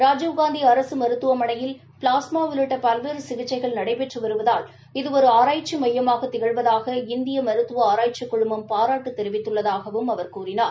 ராஜீவ்காந்தி அரசு மருததுவமனையில் ப்ளாஸ்மா உள்ளிட்ட பல்வேறு சிகிச்சைகள் நடைபெற்று வருவதால் இது ஒரு ஆராய்ச்சி மையமாக திகழ்வதாக இந்திய மருத்துவ ஆராய்ச்சிக் குழுமம் பாராட்டு தெரிவித்துள்ளதாகவும் அவர் கூறினார்